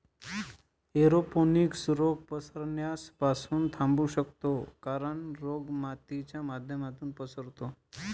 aeroponics रोग पसरण्यास पासून थांबवू शकतो कारण, रोग मातीच्या माध्यमातून पसरतो